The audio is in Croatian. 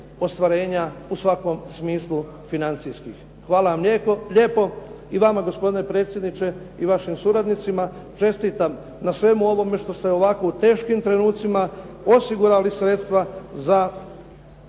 ostvarenje u svakom smislu financijskih. Hvala vam lijepo. I vama gospodine predsjedniče i vašim suradnicima čestitam na svemu ovome što ste ovako u teškim trenucima osigurali sredstva za